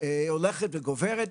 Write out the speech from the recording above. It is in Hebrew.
הולכת וגוברת.